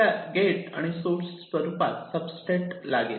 आपल्याला गेट आणि सोर्स स्वरूपात सबस्ट्रेट लागेल